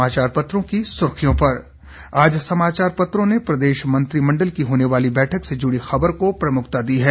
समाचार पत्रों की सुर्खियों पर समाचार पत्रों ने प्रदेश मंत्रिमंडल की आज होने वाली बैठक से जुड़ी खबर को प्रमुखता दी है